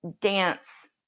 dance